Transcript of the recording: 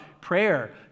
prayer